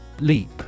LEAP